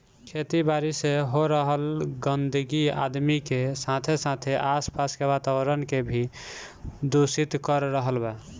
खेती बारी से हो रहल गंदगी आदमी के साथे साथे आस पास के वातावरण के भी दूषित कर रहल बा